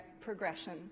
progression